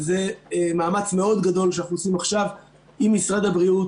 וזה מאמץ מאוד גדול שאנחנו עושים עכשיו עם משרד הבריאות